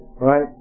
right